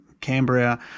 Cambria